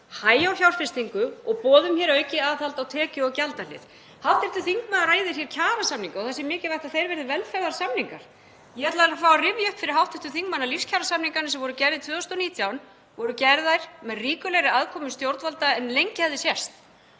hægja á fjárfestingu og boðum aukið aðhald á tekju- og gjaldahlið. Hv. þingmaður ræðir hér kjarasamninga og að það sé mikilvægt að þeir verði velferðarsamningar. Ég ætla að fá að rifja upp fyrir hv. þingmanni að lífskjarasamningarnir sem voru gerðir 2019 voru gerðir með ríkulegri aðkomu stjórnvalda en lengi hafði sést.